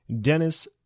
Dennis